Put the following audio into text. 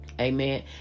Amen